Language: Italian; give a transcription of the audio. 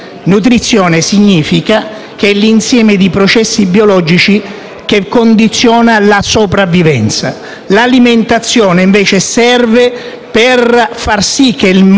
che condiziona la sopravvivenza, mentre l'alimentazione serve per far sì che il metabolismo all'interno dell'organismo possa avvenire. La legge